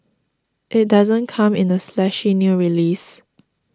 it doesn't come in a splashy new release